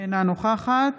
אינה נוכחת